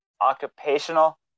occupational